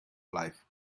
life